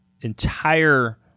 entire